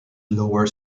lower